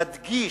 נדגיש",